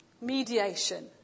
mediation